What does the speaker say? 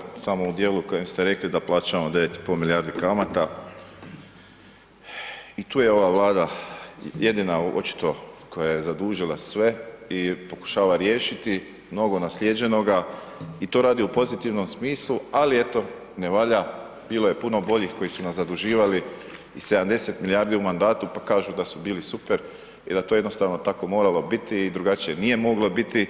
Kolega Mišić, pa evo samo u djelu u kojem ste rekli da plaćamo 9,5 milijardi kamata i tu je ova Vlada jedina očito koja je zadužila sve i pokušava riješiti mnogo naslijeđenoga i to radi u pozitivnom smislu ali eto, ne valja, bilo je puno boljih koji su nas zaduživali i 70 milijardi u mandatu pa kažu da su bili super i da to jednostavno je tako moralo biti i drugačije nije moglo biti